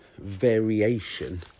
variation